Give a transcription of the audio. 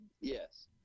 Yes